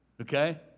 okay